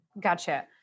Gotcha